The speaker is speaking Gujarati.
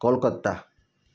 કોલકત્તા